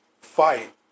fight